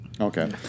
Okay